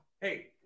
Hey